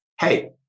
hey